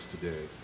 today